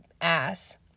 ass